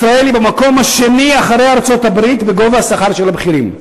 ישראל היא במקום השני אחרי ארצות-הברית בגובה שכר הבכירים,